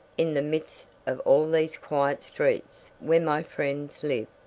in the midst of all these quiet streets where my friends live.